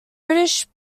british